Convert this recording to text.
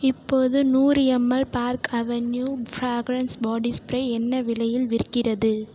இப்போது நூறு ml Park Avenue fragrance body spray என்ன விலையில் விற்கிறது